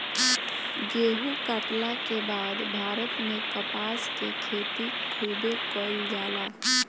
गेहुं काटला के बाद भारत में कपास के खेती खूबे कईल जाला